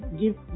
give